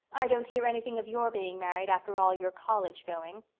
i don't hear anything of your being married, after all your college-going.